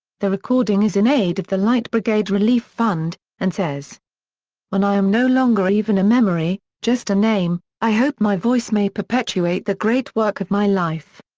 the recording is in aid of the light brigade relief fund, and says when i am no longer even a memory, just a name, i hope my voice may perpetuate the great work of my life.